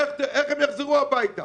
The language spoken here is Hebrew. איך הם יחזרו הביתה